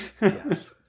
Yes